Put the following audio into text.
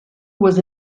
was